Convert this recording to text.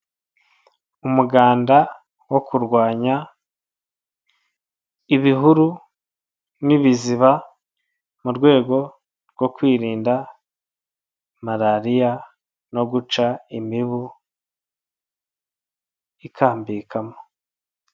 Umuganda wo kurwanya ibihuru n'ibiziba mu rwego rwo kwirinda marariya, no guca imibu ikambikamo.